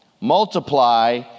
multiply